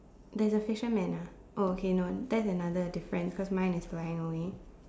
there's a fisherman lah okay no that's another difference cause mine is flying away